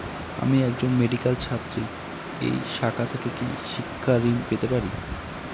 আমি একজন মেডিক্যাল ছাত্রী এই শাখা থেকে কি শিক্ষাঋণ পেতে পারি?